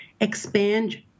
expand